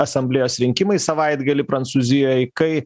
asamblėjos rinkimai savaitgalį prancūzijoj kai